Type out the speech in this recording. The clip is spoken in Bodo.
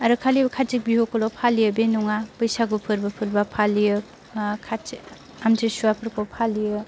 आरो खालि कार्थिक बिहुखौल' फालियो बे नङा बैसागु फोरबोफोरबो फालियो आमतिसुवाफोरखौ फालियो